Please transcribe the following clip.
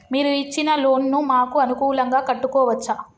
మీరు ఇచ్చిన లోన్ ను మాకు అనుకూలంగా కట్టుకోవచ్చా?